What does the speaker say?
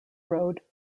road